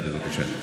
בבקשה.